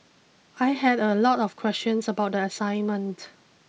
I had a lot of questions about the assignment